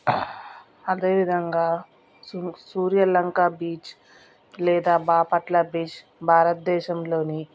అదే విధంగా సూ సూర్యలంక బీచ్ లేదా బాపట్ల బీచ్ భారతదేశంలోని